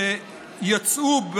שיצאו,